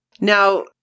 Now